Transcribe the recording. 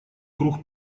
круг